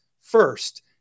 first